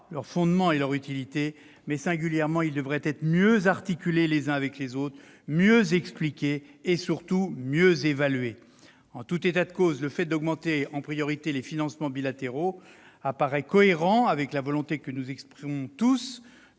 leur fondement et leur utilité, mais ils devraient être mieux articulés les uns avec les autres, mieux expliqués, et surtout mieux évalués ! En tout état de cause, le fait d'augmenter en priorité les financements bilatéraux apparaît cohérent avec la volonté que nous exprimons tous